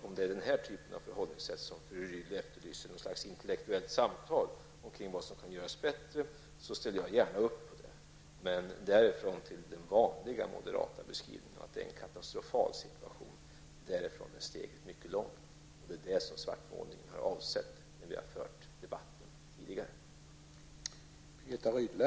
Om det som fru Rydle efterlyser är något slags intellektuellt samtal kring vad som kunde göras bättre ställer jag självfallet gärna upp på det. Men därifrån till den vanliga moderata beskrivningen av att situationen är katastrofal, är steget mycket långt. Och det är det som svartmålningen har avsett i tidigare debatter.